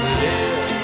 live